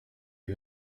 ibi